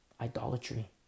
Idolatry